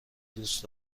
دوست